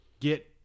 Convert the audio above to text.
get